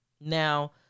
Now